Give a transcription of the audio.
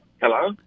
Hello